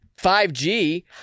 5g